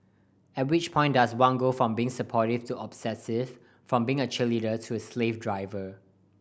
at which point does one go from being supportive to obsessive from being a cheerleader to a slave driver